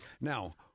Now